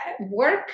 work